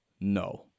no